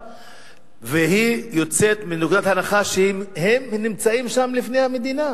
והיא יוצאת מנקודת הנחה שהם נמצאים שם לפני המדינה,